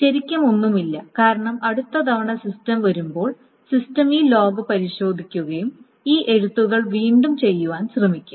ശരിക്കും ഒന്നുമില്ല കാരണം അടുത്ത തവണ സിസ്റ്റം വരുമ്പോൾ സിസ്റ്റം ഈ ലോഗ് പരിശോധിക്കുകയും ഈ എഴുത്തുകൾ വീണ്ടും ചെയ്യുവാൻ ശ്രമിക്കും